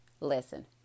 listen